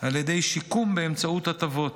על ידי שיקום באמצעות הטבות.